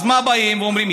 אז מה באים ואומרים?